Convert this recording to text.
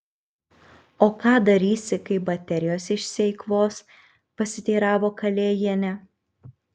o ką darysi kai baterijos išsieikvos pasiteiravo kalėjienė